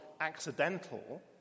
accidental